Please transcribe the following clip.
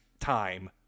time